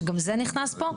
שגם זה נכנס פה,